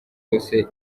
yose